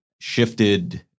shifted